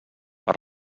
per